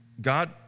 God